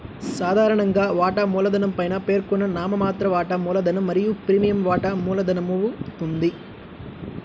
సాధారణంగా, వాటా మూలధనం పైన పేర్కొన్న నామమాత్ర వాటా మూలధనం మరియు ప్రీమియం వాటా మూలధనమవుతుంది